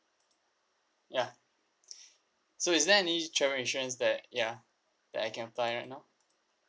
ya so is there any travel insurance that ya that I can buy right now